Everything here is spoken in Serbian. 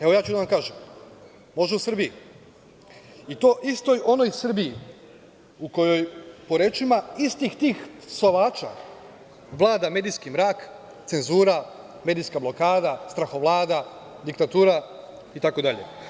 Evo, ja ću da vam kažem – može u Srbiji i to u istoj onoj Srbiji u kojoj po rečima istih tih psovača vlada medijski mrak, cenzura, medijska blokada, strahovlada, diktatura itd.